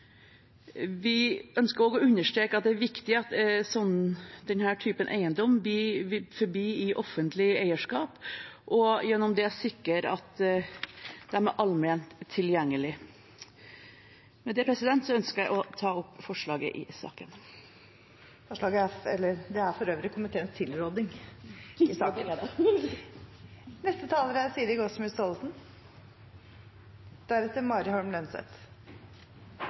Vi ønsker også å understreke at det er viktig at denne typen eiendommer forblir i offentlig eierskap, og gjennom det sikre at de er allment tilgjengelig. Med det ønsker jeg å anbefale komiteens tilråding i saken. Det